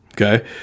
okay